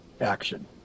action